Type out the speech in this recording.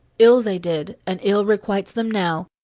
ill they did, and ill requites them now.